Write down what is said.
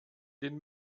den